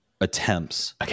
attempts